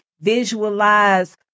visualize